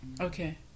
Okay